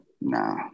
Nah